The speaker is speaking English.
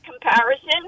comparison